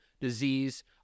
disease